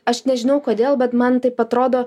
aš nežinau kodėl bet man taip atrodo